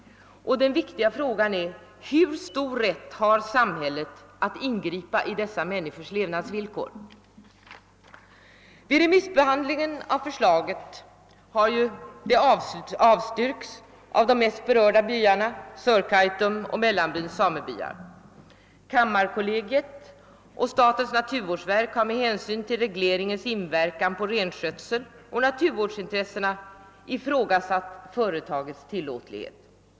Den viktiga frågan är hur stor rätt samhället har att ingripa i dessa människors levnadsvillkor. Vid remissbehandlingen av förslaget har detta avstyrkts av de mest berörda byarna, Sörkaitums och Mellanbyns samebyar. Kammarkollegiet och statens naturvårdsverk har med hänsyn till re gleringens inverkan på renskötseln och till naturvårdsintressena ifrågasatt företagets tillåtlighet.